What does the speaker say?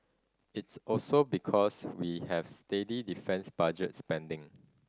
it's also because we have steady defence budget spending